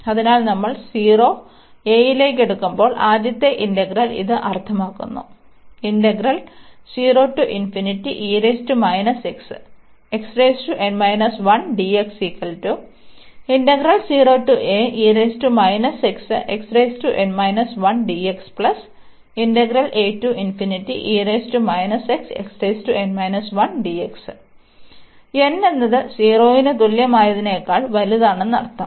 അതിനാൽ നമ്മൾ 0 aലേക്ക് എടുക്കുമ്പോൾ ആദ്യത്തെ ഇന്റഗ്രൽ ഇത് അർത്ഥമാക്കുന്നു n എന്നത് 0 ന് തുല്യമായതിനേക്കാൾ വലുതാണെന്നർത്ഥം